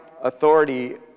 authority